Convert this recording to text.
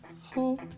hope